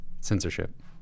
censorship